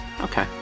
okay